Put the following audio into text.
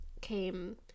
came